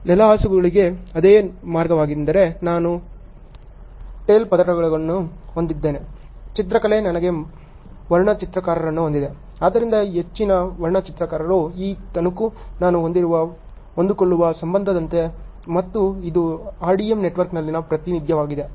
ನೆಲಹಾಸುಗಾಗಿ ಅದೇ ಮಾರ್ಗವೆಂದರೆ ನಾನು ಟೈಲ್ ಪದರಗಳನ್ನು ಹೊಂದಿದ್ದೇನೆ ಚಿತ್ರಕಲೆ ನನಗೆ ವರ್ಣಚಿತ್ರಕಾರರನ್ನು ಹೊಂದಿದೆ ಆದ್ದರಿಂದ ಹೆಚ್ಚಿನ ವರ್ಣಚಿತ್ರಕಾರರು ಈ ತುಣುಕು ನಾನು ಹೊಂದಿರುವ ಹೊಂದಿಕೊಳ್ಳುವ ಸಂಬಂಧದಂತಿದೆ ಮತ್ತು ಇದು RDM ನೆಟ್ವರ್ಕ್ನಲ್ಲಿನ ಪ್ರಾತಿನಿಧ್ಯವಾಗಿದೆ